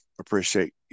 appreciate